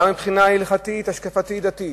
גם מבחינה הלכתית, בשל השקפה דתית,